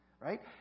right